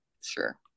sure